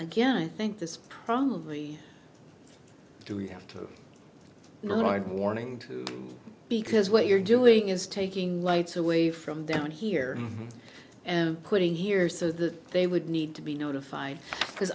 again i think this probably do we have to write morning too because what you're doing is taking lights away from down here and putting here so that they would need to be notified because